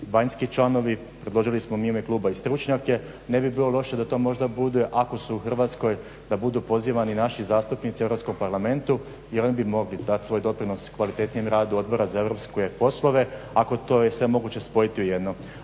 vanjski članovi, predložili smo mi u ime kluba i stručnjake. Ne bi bilo loše da to možda budu ako su u Hrvatskoj da budu pozivani naši zastupnici u Europskom parlamentu i oni bi mogli dati svoj doprinos kvalitetnijem radu Odbora za europske poslove ako je to sve moguće spojiti u jedno.